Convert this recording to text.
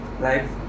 Life